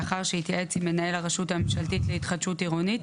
לאחר שהתייעץ עם מנהל הרשות הממשלתית להתחדשות עירונית,